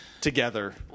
together